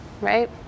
right